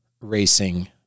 racing